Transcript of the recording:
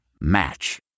Match